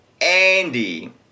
Andy